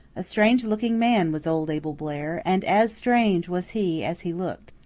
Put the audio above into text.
a strange looking man was old abel blair and as strange was he as he looked.